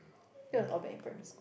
that was all back in primary school